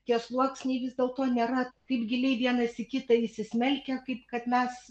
tie sluoksniai vis dėlto nėra taip giliai vienas į kitą įsismelkę kaip kad mes